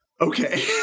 Okay